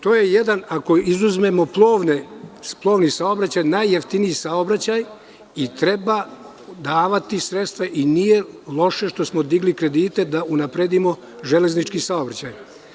To je jedan, ako izuzmemo plovni saobraćaj, od najjeftinijih saobraćaja i treba davati sredstva i nije loše što smo digli kredite da unapredimo železnički saobraćaj.